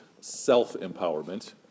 self-empowerment